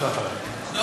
לא?